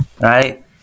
right